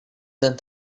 than